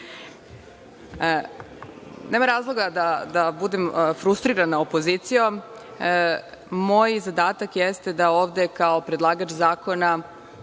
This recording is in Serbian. meni. Nema razloga da budem frustrirana opozicijom, moj zadatak jeste da ovde kao predlagač zakona